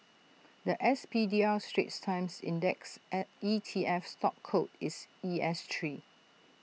The S P D R straits times index A E T F stock code is E S Three